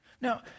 Now